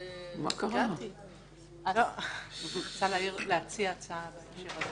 אני רוצה להציע הצעה בהקשר הזה.